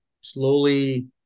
slowly